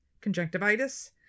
conjunctivitis